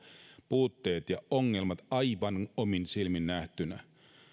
puutteet ja ongelmat aivan omin silmin nähtynä